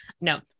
No